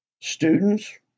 students